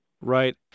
Right